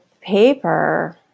paper